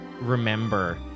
remember